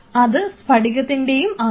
അത് സ്ഫടികത്തിന്റെയും ആകാം